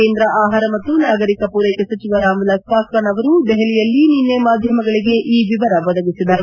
ಕೇಂದ್ರ ಆಹಾರ ಮತ್ತು ನಾಗರಿಕ ಪೂರೈಕೆ ಸಚಿವ ರಾಮವಿಲಾಸ್ ಪಾಸ್ವಾನ್ ಅವರು ದೆಹಲಿಯಲ್ಲಿ ನಿನ್ನೆ ಮಾಧ್ಯಮಗಳಿಗೆ ಈ ವಿವರ ಒದಗಿಸಿದರು